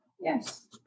Yes